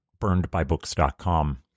burnedbybooks.com